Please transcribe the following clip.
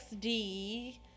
XD